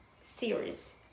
series